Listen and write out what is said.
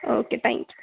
okay thank you